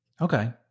Okay